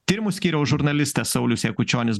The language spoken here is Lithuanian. tyrimų skyriaus žurnalistė saulius jakučionis